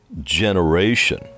generation